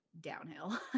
downhill